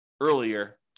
earlier